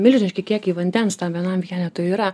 milžiniški kiekiai vandens tam vienam vienetui yra